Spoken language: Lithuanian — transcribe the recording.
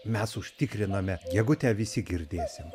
mes užtikrinome gegutę visi girdėsim